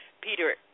Peter